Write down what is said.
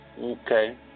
Okay